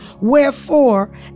wherefore